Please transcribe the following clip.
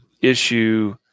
issue